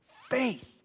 Faith